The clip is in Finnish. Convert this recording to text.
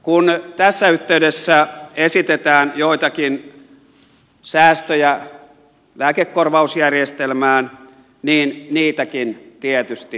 kun tässä yhteydessä esitetään joitakin säästöjä lääkekorvausjärjestelmään niin niitäkin tietysti vastustetaan